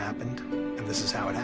happened this is how it